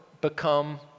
become